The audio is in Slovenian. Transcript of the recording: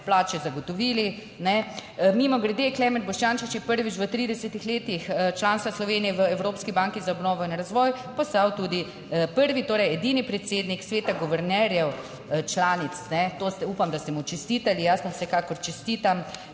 plače zagotovili. Mimogrede, Klemen Boštjančič je prvič v 30 letih članstva Slovenije v Evropski banki za obnovo in razvoj postal tudi prvi, torej edini predsednik Sveta guvernerjev članic. Upam, da ste mu čestitali, jaz vam vsekakor čestitam.